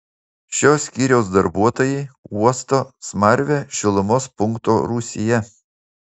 šio skyriaus darbuotojai uosto smarvę šilumos punkto rūsyje